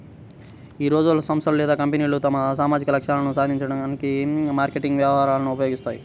ఈ రోజుల్లో, సంస్థలు లేదా కంపెనీలు తమ సామాజిక లక్ష్యాలను సాధించడానికి మార్కెటింగ్ వ్యూహాలను ఉపయోగిస్తాయి